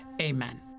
Amen